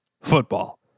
football